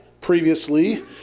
previously